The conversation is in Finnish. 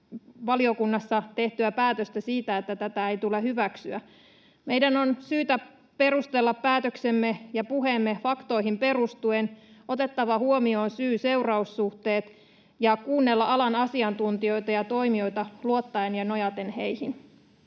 valiokunnassa tehtyä päätöstä siitä, että tätä aloitetta ei tule hyväksyä. Meidän on syytä perustella päätöksemme ja puheemme faktoihin perustuen, otettava huomioon syy— seuraus-suhteet ja kuunnella alan asiantuntijoita ja toimijoita luottaen ja nojaten heihin.